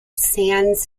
sans